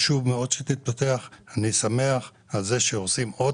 חשוב מאוד שהיא תתפתח ואני שמח על כך שעושים עוד